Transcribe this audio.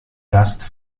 gast